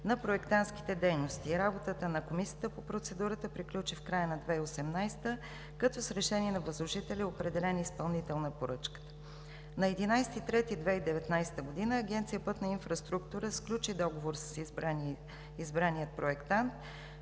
на проектантските дейности. Работата на комисията по процедурата приключи в края на 2018 г., като с решение на възложителя е определен изпълнител на поръчката. На 11 март 2019 г. Агенция „Пътна инфраструктура“ сключи договор с избрания проектант.